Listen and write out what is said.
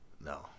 No